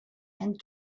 and